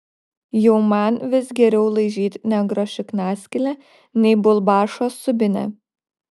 jau man vis geriau laižyt negro šiknaskylę nei bulbašo subinę